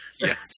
Yes